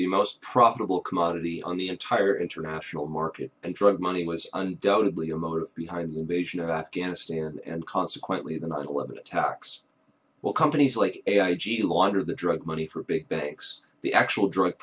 the most profitable commodity on the entire international market and drug money was undoubtedly a motive behind the invasion of afghanistan and consequently the nine eleven attacks will companies like g e launder the drug money for big banks the actual drug